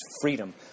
Freedom